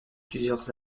plusieurs